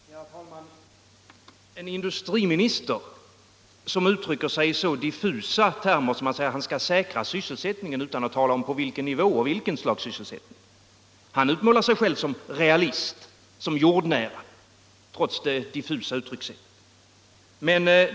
Herr talman! Trots att industriministern uttryckt sig i så diffusa termer och säger att han skall säkra sysselsättningen utan att tala om på vilken nivå det skall ske och vilken sysselsättning det rör sig om, utmålar han sig själv såsom realist och jordnära.